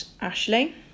Ashley